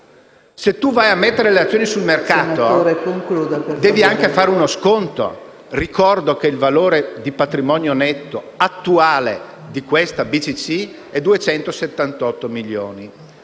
cerca di collocare le azioni sul mercato, si deve anche fare uno sconto. Ricordo che il valore del patrimonio netto attuale di questa BCC è di 278 milioni